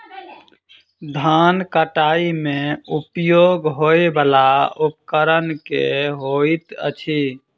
धान कटाई मे उपयोग होयवला उपकरण केँ होइत अछि?